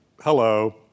hello